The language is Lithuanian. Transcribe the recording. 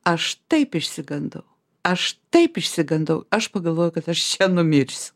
aš taip išsigandau aš taip išsigandau aš pagalvojau kad aš čia numirsiu